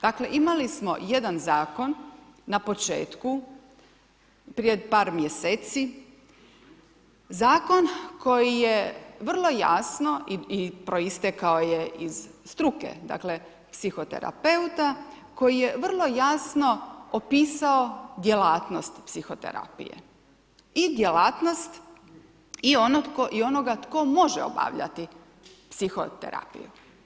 Dakle imali smo jedan zakon na početku, prije par mjeseci, zakon koji je vrlo jasno i proistekao je iz struke, dakle psihoterapeuta koji je vrlo jasno opisao djelatnost psihoterapije i djelatnost i onoga tko može obavljati psihoterapiju.